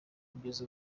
kugeza